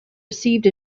received